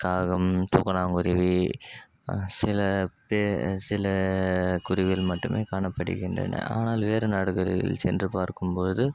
காகம் தூக்கணாங்குருவி சில பெ சில குருவிகள் மட்டும் காணப்படுகின்றன ஆனால் வேறு நாடுகளில் சென்று பார்க்கும்பொழுது